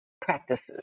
practices